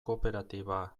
kooperatiba